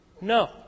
No